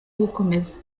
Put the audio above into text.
gukomeza